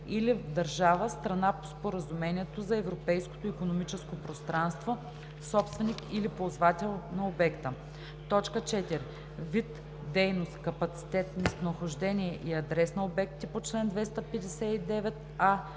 или в държава – страна по Споразумението за Европейското икономическо пространство – собственик или ползвател на обекта; 4. вид, дейност, капацитет, местонахождение и адрес на обектите по чл. 259а,